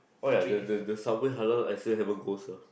oh ya the the Subway Halal hasn't closed ah